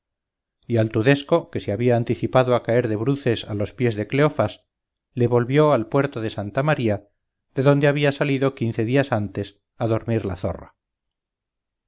y al tudesco que se había anticipado a caer de bruces a los pies de cleofás le volvió al puerto de santa maría de donde había salido quince días antes a dormir la zorra